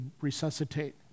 resuscitate